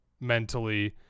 mentally